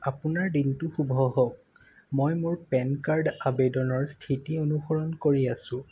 আপোনাৰ দিনটো শুভ হওক মই মোৰ পেন কাৰ্ড আবেদনৰ স্থিতি অনুসৰণ কৰি আছোঁ